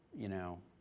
you know,